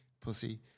pussy